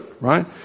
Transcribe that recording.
right